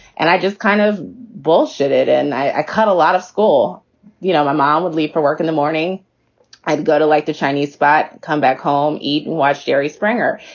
and i just kind of bullshit it and i cut a lot of school you know my mom would leave for work in the morning i'd go to like the chinese spot, come back home, eat, watch jerry springer.